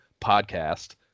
podcast